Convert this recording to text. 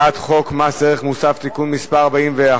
ואנחנו נעבור מייד להצבעה על הצעת חוק מס ערך מוסף (תיקון מס' 41)